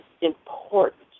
important